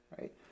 right